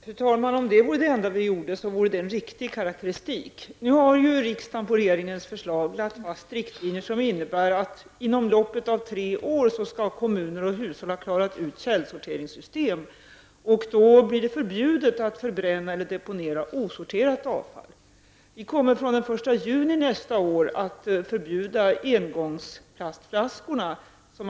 Fru talman! Om det enda vi gör är att tillsätta utredningar, är Annika Åhnbergs karakteristik riktig. Nu har ju riksdagen på regeringens förslag lagt fast riktlinjer som innebär att kommuner och hushåll inom loppet av tre år skall ha klarat ut frågan om källsorteringssystem. Då blir det förbjudet att förbränna eller deponera osorterat avfall. Som Annika Åhnberg vet kommer engångsplastflaskorna att bli förbjudna den 1 juli nästa år.